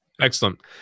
Excellent